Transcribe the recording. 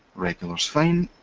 regular is fine.